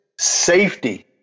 safety